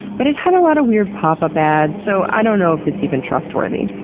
but it had a lot of weird pop up ads, so i don't know if it's even trustworthy.